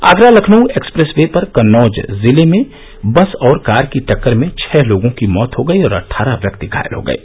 Agra Lucknow expressway पर कन्नौज जिले में बस और कार की टक्कर में छ लोगों की मौत हो गई और अटठारह व्यक्ति घायल हो गये